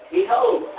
Behold